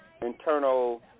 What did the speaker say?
internal